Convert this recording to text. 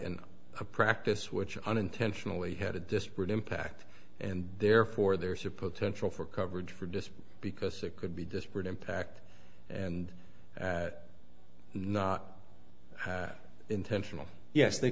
a practice which unintentionally had a disparate impact and therefore there's a potential for coverage for just because there could be disparate impact and not intentional yes they